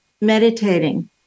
meditating